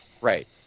Right